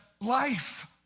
life